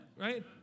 Right